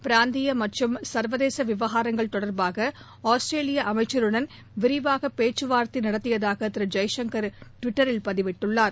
பிராந்திய மற்றம் சர்வதேச விவகாரங்கள் தொடர்பாக ஆஸ்திரேலிய அமைச்சருடன் விரிவாக பேச்சுவார்த்தை நடத்தியதாக திரு ஜெய்சங்கர் டுவிட்டரில் பதிவிட்டுள்ளார்